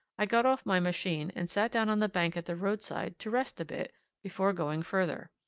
i got off my machine and sat down on the bank at the roadside to rest a bit before going further.